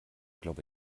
glaube